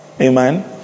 Amen